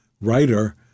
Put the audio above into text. writer